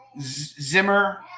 Zimmer